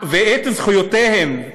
ואת זכויותיהם,